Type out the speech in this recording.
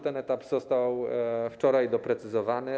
Ten etap został wczoraj doprecyzowany.